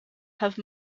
have